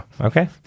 Okay